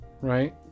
right